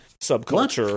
subculture